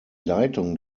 leitung